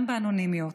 גם אנונימיות,